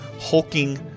hulking